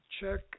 Check